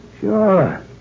Sure